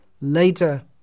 later